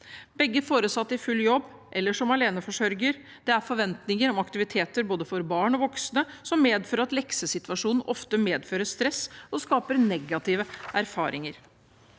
begge foresatte er i full jobb, eller man er aleneforsørger, er det forventninger om aktiviteter for både barn og voksne som medfører at leksesituasjonen ofte medfører stress og skaper negative erfaringer.